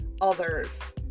others